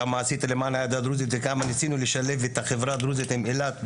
כמה עשית למען העדה הדרוזית וכמה ניסינו לשלב את החברה הדרוזית עם אילת.